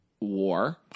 war